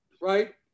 Right